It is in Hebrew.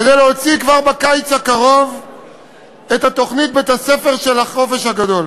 כדי להוציא כבר בקיץ הקרוב את התוכנית "בתי-הספר של החופש הגדול".